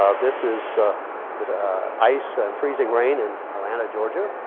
ah this is ice and freezing rain in atlanta, georgia.